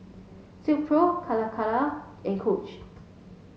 Silkpro Calacara and Coach